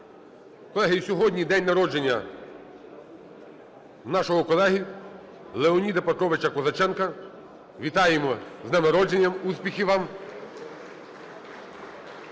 Колеги, сьогодні день народження нашого колеги Леоніда Петровича Козаченка. Вітаємо з днем народження! Успіхів вам